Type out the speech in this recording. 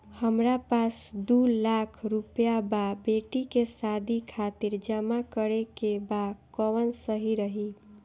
हमरा पास दू लाख रुपया बा बेटी के शादी खातिर जमा करे के बा कवन सही रही?